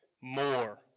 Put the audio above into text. more